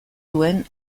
duen